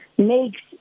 makes